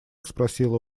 спросила